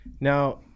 Now